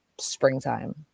springtime